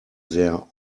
their